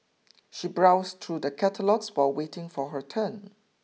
she browsed through the catalogues while waiting for her turn